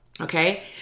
Okay